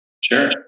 Sure